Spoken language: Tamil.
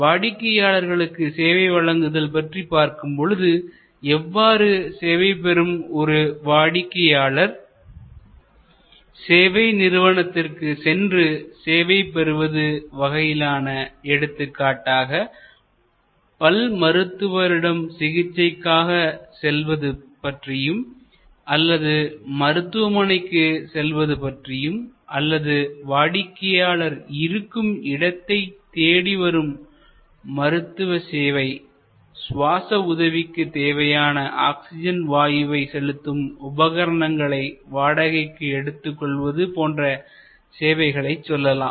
வாடிக்கையாளர்களுக்கு சேவை வழங்குதல் பற்றி பார்க்கும் பொழுது எவ்வாறு சேவைபெறும் ஒரு வாடிக்கையாளர் சேவை நிறுவனத்திற்கு சென்று சேவை பெறுவது வகையிலான எடுத்துக்காட்டாக பல் மருத்துவரிடம் சிகிச்சைக்காக செல்வது பற்றியும் அல்லது மருத்துவமனைக்கு செல்வது பற்றியும் அல்லது வாடிக்கையாளர் இருக்கும் இடத்தை தேடிவரும் மருத்துவசேவை சுவாச உதவிக்கு தேவையான ஆக்சிஜன் வாயுவை செலுத்தும் உபகரணங்களை வாடகைக்கு எடுத்துக் கொள்வது போன்ற சேவையை சொல்லலாம்